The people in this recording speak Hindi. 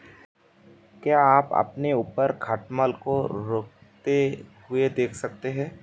क्या आप अपने ऊपर खटमल को रेंगते हुए देख सकते हैं?